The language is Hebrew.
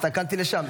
הסתכלתי לשם.